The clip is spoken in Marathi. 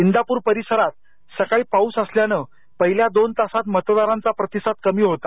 इंदापूर परिसरात सकाळी पाउस असल्याने पहिल्या दोन तासात मतदारांचा प्रतिसाद कमी होता